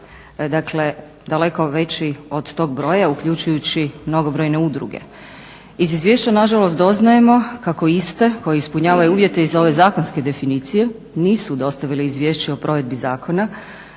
daleko veći od tog broja uključujući mnogobrojne udruge. Iz izvješća nažalost doznajemo kako iste koje ispunjavaju uvjete i za ove zakonske definicije nisu dostavile Izvješće o provedbi zakona